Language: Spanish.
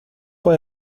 por